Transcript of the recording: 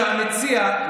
שהמציע,